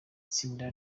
itsinda